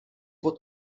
pod